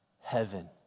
Heaven